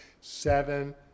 seven